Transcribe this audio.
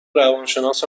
روانشناس